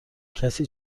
کسی